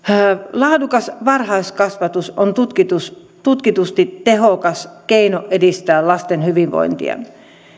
laadukas varhaiskasvatus on tutkitusti tutkitusti tehokas keino edistää lasten hyvinvointia